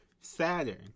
Saturn